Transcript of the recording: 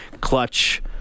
clutch